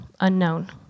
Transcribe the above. unknown